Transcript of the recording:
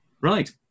Right